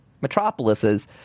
metropolises